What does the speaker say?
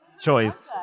choice